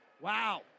Wow